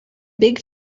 big